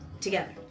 together